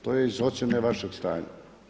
To je iz ocjene vašeg stanja.